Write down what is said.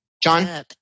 John